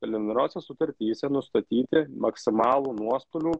preliminariose sutartyse nustatyti maksimalų nuostolių